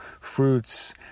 fruits